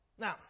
Now